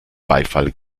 beifall